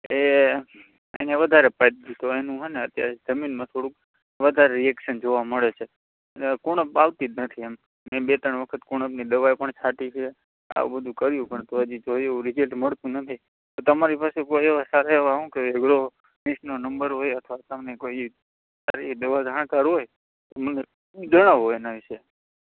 એ એને વધારે પાઇ દીધી તો એનું છે ને અત્યારે જમીનમાં થોડુંક વધારે રીએક્સન જોવા મળે છે અને કુણપ આવતી જ નથી એમ મેં બે ત્રણ વખત કુણપની દવા પણ છાંટી છે આવું બધુ કર્યું તોય જે જોઈએ એવું રિજલ્ટ મળતું નથી તો તમારી પાસે કોઇ એવા સારા એવા શું કોઇ એગ્રોલિસ્ટનો નંબર હોય અથવા તમે કોઈ સારી એવી દવા જાણકાર હોય તો મને જણાવો એના વિશે